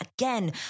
again